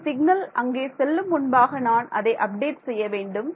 இந்த சிக்னல் அங்கே செல்லும் முன்பாக நான் அதை அப்டேட் செய்ய வேண்டும்